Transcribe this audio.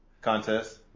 contest